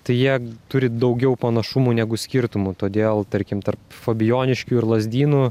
tai jie turi daugiau panašumų negu skirtumų todėl tarkim tarp fabijoniškių ir lazdynų